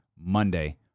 Monday